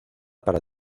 para